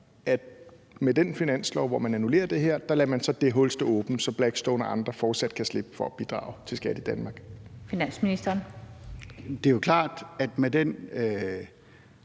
at med det finanslovsforslag, hvor man annullerer det her, lader man så det hul stå åbent, så Blackstone og andre fortsat kan slippe for at bidrage med skat i Danmark? Kl. 17:13 Den fg. formand (Annette